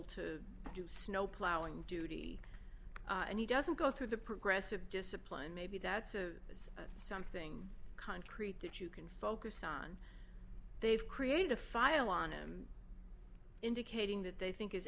to do snow plowing duty and he doesn't go through the progressive discipline maybe doubts of is something concrete that you can focus on they've created a file on him indicating that they think is